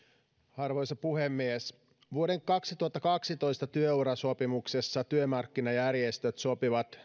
arvoisa puhemies vuoden kaksituhattakaksitoista työurasopimuksessa työmarkkinajärjestöt sopivat